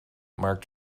marked